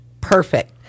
Perfect